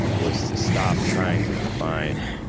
was to stop trying to define,